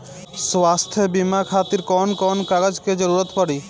स्वास्थ्य बीमा खातिर कवन कवन कागज के जरुरत पड़ी?